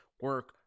Work